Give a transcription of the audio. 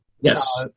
Yes